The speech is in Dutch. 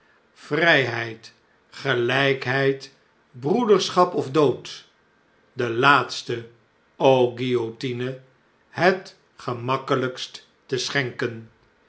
vrijheid gelijkheid broederschap of dood delaatste o guillotine het gemakkelijkst te schenken